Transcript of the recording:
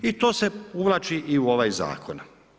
I to se uvlači i u ovaj zakon.